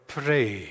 pray